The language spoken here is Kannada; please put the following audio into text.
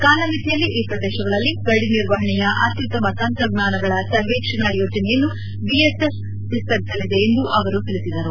ಕಾಲಮಿತಿಯಲ್ಲಿ ಈ ಪ್ರದೇಶಗಳಲ್ಲಿ ಗಡಿ ನಿರ್ವಹಣೆಯ ಅಕ್ಕುತ್ತಮ ತಂತ್ರಜ್ಞಾನಗಳ ಸರ್ವೇಕ್ಷಣ ಯೋಜನೆಯನ್ನು ಬಿಎಸ್ಎಫ್ ವಿಸ್ತರಿಸಲಿದೆ ಎಂದು ಅವರು ತಿಳಿಸಿದರು